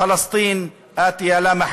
מדינת פלסטין באה.